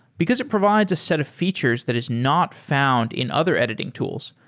because it provides a set of features that is not found in other editing tools,